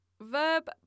verb